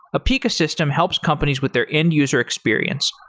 apica system helps companies with their end-user experience,